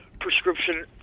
prescription